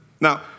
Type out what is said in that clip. Now